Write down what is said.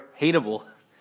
hateable